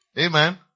Amen